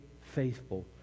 faithful